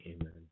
Amen